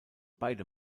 beide